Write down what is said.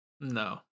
No